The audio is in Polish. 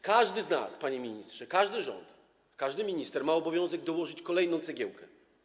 Każdy z nas, panie ministrze, każdy rząd, każdy minister ma obowiązek dołożyć kolejną cegiełkę.